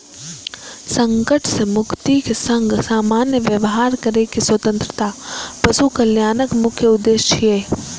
संकट सं मुक्तिक संग सामान्य व्यवहार करै के स्वतंत्रता पशु कल्याणक मुख्य उद्देश्य छियै